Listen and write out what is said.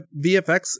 VFX